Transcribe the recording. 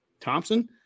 Thompson